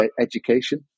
education